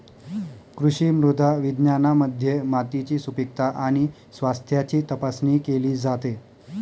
कृषी मृदा विज्ञानामध्ये मातीची सुपीकता आणि स्वास्थ्याची तपासणी केली जाते